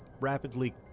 rapidly